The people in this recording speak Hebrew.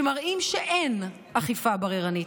שמראים שאין אכיפה בררנית,